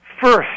first